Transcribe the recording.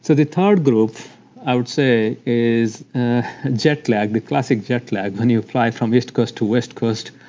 so the third group i would say is jet lag, the classic jet lag when you fly from east coast to west coast,